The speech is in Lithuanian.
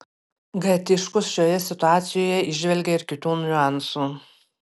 g tiškus šioje situacijoje įžvelgė ir kitų niuansų